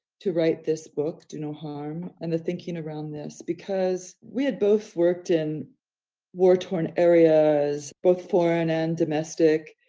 to write this book, do no harm. and the thinking around this, because we had both worked in war torn areas, both foreign and domestic,